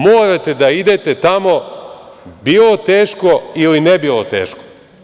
Morate da idete tamo, bilo teško ili ne bilo teško.